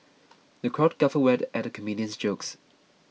the crowd guffawed at comedian's jokes